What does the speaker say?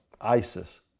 ISIS